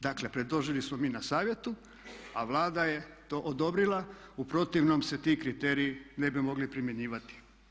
Dakle predložili smo mi na Savjetu a Vlada je to odobrila, u protivnom se ti kriteriji ne bi mogli primjenjivati.